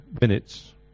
minutes